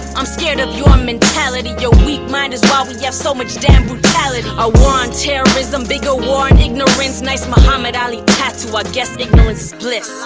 i'm scared of your mentality. your weak mind is why we have so much damn brutality. a war on terrorism, bigger war on and ignorance. nice muhammad ali tattoo, i guess ignorance is bliss.